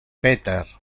peter